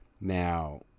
now